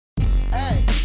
Hey